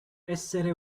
essere